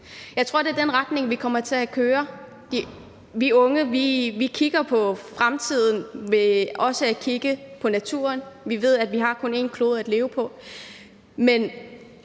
Jeg tror, det er den retning, vi kommer til at køre i. Vi unge kigger på fremtiden ved også at kigge på naturen. Vi ved, at vi kun har én klode at leve på.